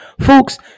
Folks